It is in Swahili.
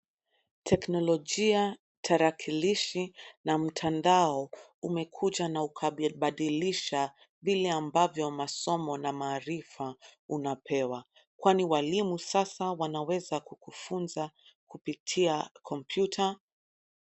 Teknolojia, tarakilishi na mtandao umekuja na ukabadilisha vile ambavyo masomo na maarifa unapewa, kwani walimu sasa wanaweza kujifunza kupitia kompyuta.